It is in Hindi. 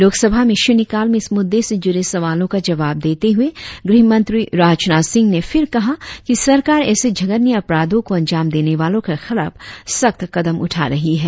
लोकसभा में शून्यकाल में इस मुद्दे से जुड़े सवालों का जवाब देते हुए गृहमंत्री राजनाथ सिंमह ने फिर कहा कि सरकार ऐसे जघन्य अपराधों को अंजाम देने वालों के खिलाफ सख्त कदम उठा रही है